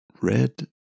red